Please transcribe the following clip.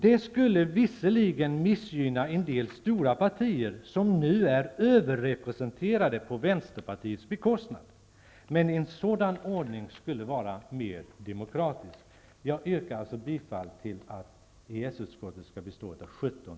Det skulle visserligen missgynna en del stora partier som nu är överrepresenterade på Vänsterpartiets bekostnad. Men en sådan ordning skulle vara mera demokratisk. Jag yrkar alltså att EES-utskottet skall bestå av 17